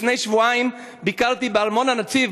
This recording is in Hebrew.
לפני שבועיים ביקרתי בארמון-הנציב,